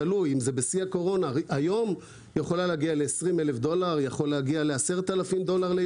זה יכול להגיע ל-10,000 דולר.